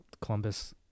Columbus